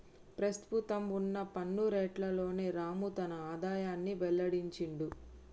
ప్రస్తుతం వున్న పన్ను రేట్లలోనే రాము తన ఆదాయాన్ని వెల్లడించిండు